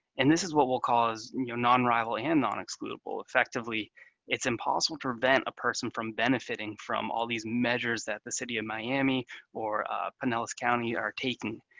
and this is what we'll call and you know non-rival and non-excludable. effectively it's impossible to prevent a person from benefiting from all these measures that the city of miami or pinellas county are taking.